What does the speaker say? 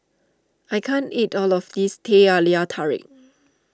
I can't eat all of this Teh Halia Tarik